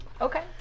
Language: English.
Okay